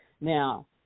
Now